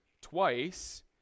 twice